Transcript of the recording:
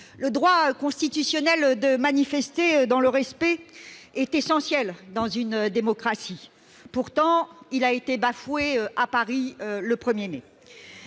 Le droit constitutionnel de manifester dans le respect est essentiel dans une démocratie. Sans casser ! Pourtant, il a été bafoué à Paris, le 1 mai.